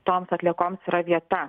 toms atliekoms yra vieta